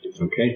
Okay